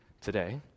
today